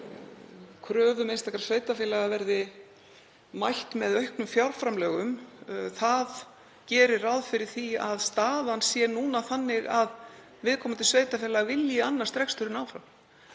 hvort kröfum einstakra sveitarfélaga verði mætt með auknum fjárframlögum, gerir ráð fyrir því að staðan sé þannig að viðkomandi sveitarfélag vilji annast reksturinn áfram.